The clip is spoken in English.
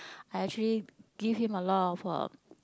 I actually give him a lot of uh